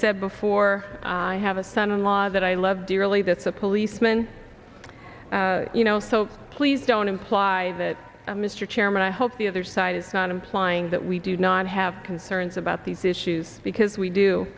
said before i have a son in law that i love dearly that's a policeman you know so please don't imply that mr chairman i hope the other side is not implying that we do not have concerns about these issues because we do